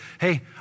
hey